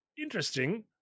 interesting